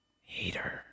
Hater